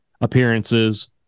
appearances